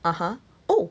(uh huh) oh